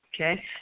okay